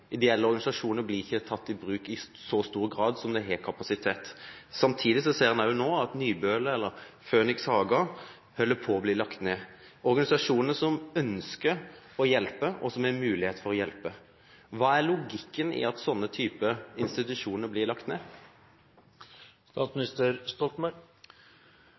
Ideelle organisasjoner blir ikke tatt i bruk i så stor grad som de har kapasitet til. Samtidig ser man nå også at Nybøle eller Phoenix Haga holder på å bli lagt ned – organisasjoner som ønsker å hjelpe, og som har mulighet til det. Hva er logikken i at slike institusjoner blir lagt ned?